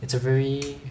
it's a very